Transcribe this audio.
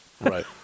Right